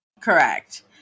Correct